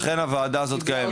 לכן הוועדה הזאת קיימת.